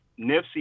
Nipsey